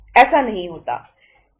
ऐसा नहीं होता है